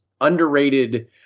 underrated